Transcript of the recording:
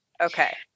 Okay